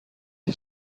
هیچ